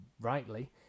rightly